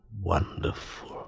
wonderful